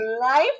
life